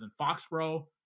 Foxborough